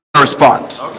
respond